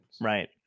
Right